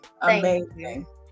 amazing